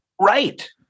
Right